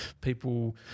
people